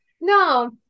No